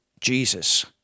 Jesus